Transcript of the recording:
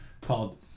called